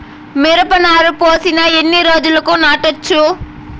మిరప నారు పోసిన ఎన్ని రోజులకు నాటచ్చు?